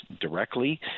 directly